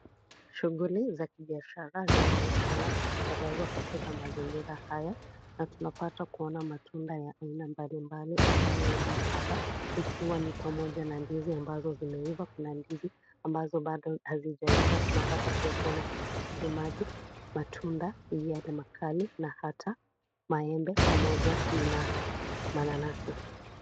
Shughuli za kibiashara zinaonekana kutekelezwa katika mazingira haya na tunapata kuona matunda ya aina mbalimbali ambayo yamekaba ikiwa ni pamoja na ndizi ambazo zimeiva na ndizi ambazo bado hazijaiva tunapata kuona pia tikiti maji matunda yale makali na hata maembe pamoja na mananazi.